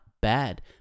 bad